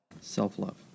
Self-love